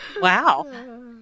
Wow